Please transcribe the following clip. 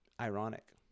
Ironic